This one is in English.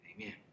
Amen